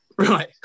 Right